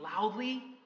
loudly